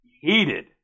heated